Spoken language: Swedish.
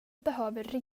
behöver